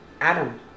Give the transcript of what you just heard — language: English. Adam